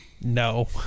No